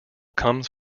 comes